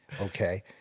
okay